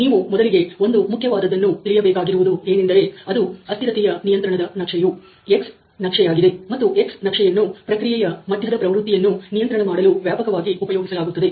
ನೀವು ಮೊದಲಿಗೆ ಒಂದು ಮುಖ್ಯವಾದದ್ದನ್ನು ತಿಳಿಯಬೇಕಾಗಿರುವದು ಏನೆಂದರೆ ಅದು ಅಸ್ಥಿರತೆಯ ನಿಯಂತ್ರಣದ ನಕ್ಷೆಯು ಎಕ್ಸ್ ನಕ್ಷೆ ಯಾಗಿದೆ ಮತ್ತು ಎಕ್ಸ್ ನಕ್ಷೆಯನ್ನು ಪ್ರಕ್ರಿಯೆಯ ಮಧ್ಯದ ಪ್ರವೃತ್ತಿಯನ್ನು ನಿಯಂತ್ರಣ ಮಾಡಲು ವ್ಯಾಪಕವಾಗಿ ಉಪಯೋಗಿಸಲಾಗುತ್ತದೆ